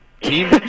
team